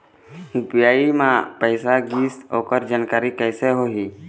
UPI म पैसा गिस ओकर जानकारी कइसे होही?